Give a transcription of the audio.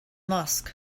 mosque